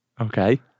Okay